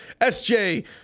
SJ